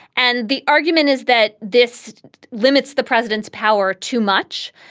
and the argument is that this limits the president's power too much.